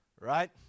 Right